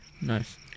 Nice